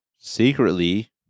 secretly